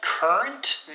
Current